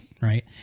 right